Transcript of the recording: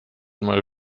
mal